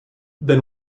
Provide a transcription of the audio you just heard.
then